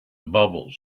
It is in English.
bubbles